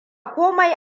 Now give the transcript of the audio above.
komai